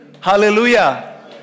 Hallelujah